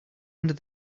under